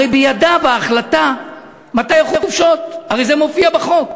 הרי בידיו ההחלטה מתי החופשות, הרי זה מופיע בחוק.